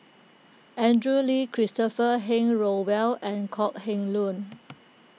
Andrew Lee Christopher Henry Rothwell and Kok Heng Leun